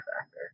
factor